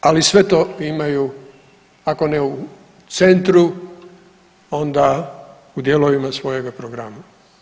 Ali sve to imaju ako ne u centru onda u dijelovima svoga programa.